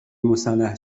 مسلح